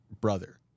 brother